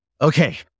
Okay